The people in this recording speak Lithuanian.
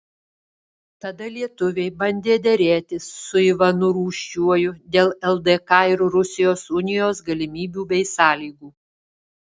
tada lietuviai bandė derėtis su ivanu rūsčiuoju dėl ldk ir rusijos unijos galimybių bei sąlygų